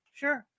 sure